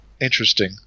interesting